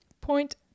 Point